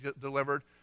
delivered